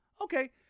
okay